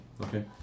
okay